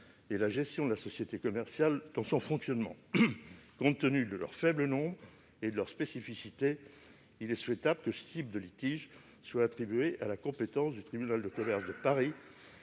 et la gestion de la société commerciale dans son fonctionnement ». Compte tenu de leur faible nombre et de leur spécificité, il est souhaitable que de tels litiges soient attribués à la compétence du tribunal de commerce de Paris.